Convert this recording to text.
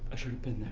i should've been